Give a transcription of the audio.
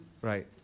Right